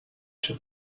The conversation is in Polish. czy